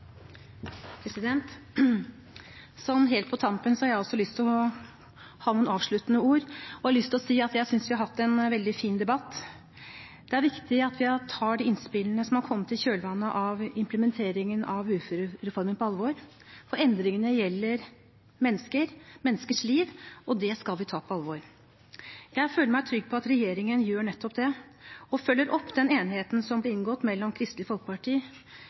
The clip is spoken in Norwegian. Sånn helt på tampen har også jeg lyst til å ha noen avsluttende ord, og jeg har lyst til å si at jeg synes vi har hatt en veldig fin debatt. Det er viktig at vi tar de innspillene som har kommet i kjølvannet av implementeringen av uførereformen, på alvor, for endringene gjelder mennesker og menneskers liv, og det skal vi ta på alvor. Jeg føler meg trygg på at regjeringen gjør nettopp det og følger opp den enigheten som ble inngått med Kristelig Folkeparti